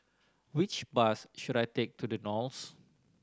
which bus should I take to The Knolls